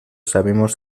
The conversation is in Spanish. sabemos